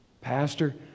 Pastor